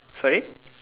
sorry